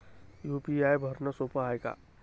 UPI भरनं सोप हाय का?